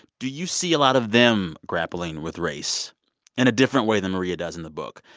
do you see a lot of them grappling with race in a different way than maria does in the book?